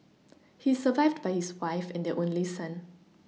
he is survived by his wife and their only son